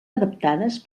adaptades